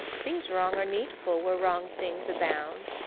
things wrong are needful where wrong things abound.